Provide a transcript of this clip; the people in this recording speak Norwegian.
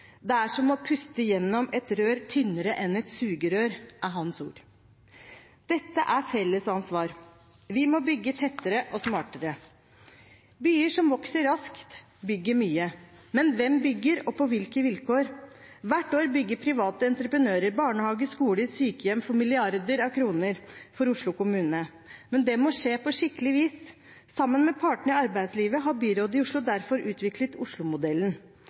Det er som å puste gjennom et rør tynnere enn et sugerør, er hans ord. Dette er et felles ansvar. Vi må bygge tettere og smartere. Byer som vokser raskt, bygger mye. Men hvem bygger, og på hvilke vilkår? Hvert år bygger private entreprenører barnehager, skoler og sykehjem for milliarder av kroner for Oslo kommune. Men det må skje på skikkelig vis. Sammen med partene i arbeidslivet har byråden i Oslo derfor utviklet Oslomodellen